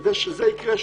כדי שזה יקרה,